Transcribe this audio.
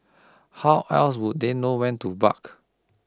how else would they know when to bark